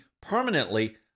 permanently